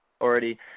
already